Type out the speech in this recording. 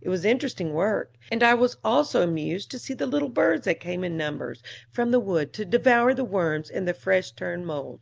it was interesting work and i was also amused to see the little birds that came in numbers from the wood to devour the worms in the fresh-turned mold